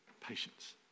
patience